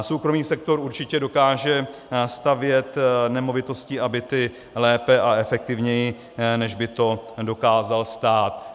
Soukromý sektor určitě dokáže stavět nemovitosti a byty lépe a efektivněji, než by to dokázal stát.